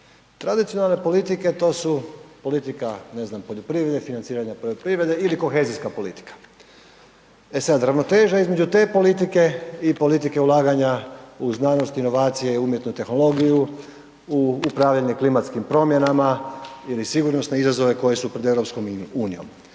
Tradicionalne politike to su politika, ne znam poljoprivrede, financiranja poljoprivrede ili kohezijska politika. E sad, ravnoteža između te politike i politike ulaganja u znanost, inovacije i umjetnu tehnologiju, u upravljanje klimatskih promjenama ili sigurnosne izazove koji su pod EU.